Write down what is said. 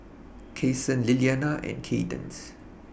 Kason Lillianna and Kaydence